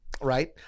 right